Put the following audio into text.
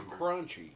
crunchy